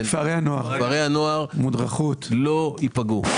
לא ייפגעו.